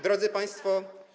Drodzy państwo.